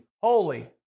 holy